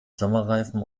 sommerreifen